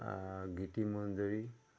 গীতিমঞ্জুৰী